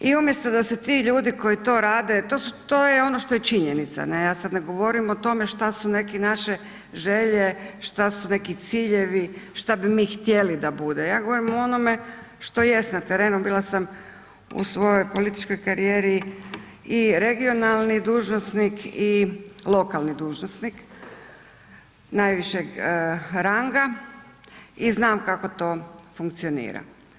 I umjesto da se ti ljudi koji to rade, to je ono što je činjenica, ja sad ne govorim o tome šta su neki naše želje, šta su neki ciljevi, šta bi mi htjeli da bude, ja govorim o onome što jest na terenu, bila sam u svojoj političkoj karijeri i regionalni dužnosnik i lokalni dužnosnik najvišeg ranga i znam kako to funkcionira.